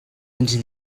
into